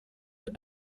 were